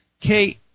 Kate